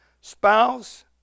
spouse